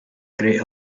great